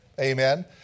Amen